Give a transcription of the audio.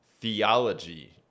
theology